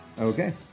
Okay